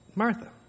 Martha